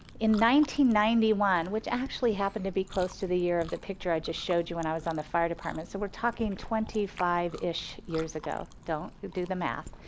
ninety ninety one which actually happened to be close to the year of the picture i just showed you when i was on the fire department. so we're talking twenty five ish years ago. don't you do the math.